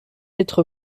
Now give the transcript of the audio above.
être